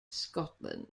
scotland